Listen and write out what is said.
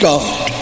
God